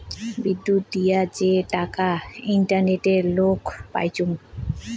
বিদ্যুত দিয়া যে টাকা ইন্টারনেটে লোক পাইচুঙ